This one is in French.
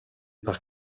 par